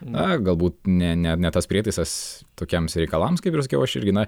na galbūt ne ne ne tas prietaisas tokiems reikalams kaip ir sakiau aš irgi na